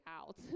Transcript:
out